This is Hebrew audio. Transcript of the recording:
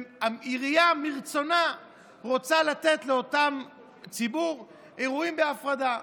והעירייה מרצונה רוצה לתת לאותו ציבור אירועים בהפרדה.